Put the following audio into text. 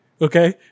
Okay